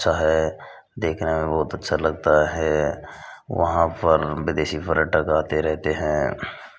अच्छा है देखने में बहुत अच्छा लगता है वहाँ पर विदेशी पर्यटक आते रहते हैं